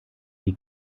die